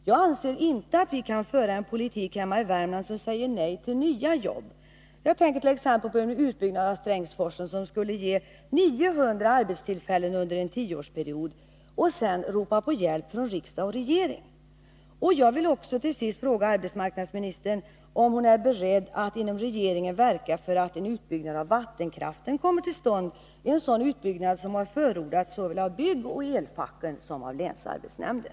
Jag anser inte att vi i Värmland kan föra en politik som säger nej till nya jobb — jag tänker t.ex. på en utbyggnad av Strängsforsen, som skulle ge 900 arbetstillfällen under en tioårsperiod — och sedan ropa på hjälp från regering och riksdag. Till sist vill jag fråga arbetsmarknadsministern om hon är beredd att inom regeringen verka för en utbyggnad av vattenkraften, vilket har förordats såväl av byggoch elfacken som av länsarbetsnämnden.